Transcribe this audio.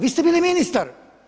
Vi ste bili ministar.